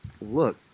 look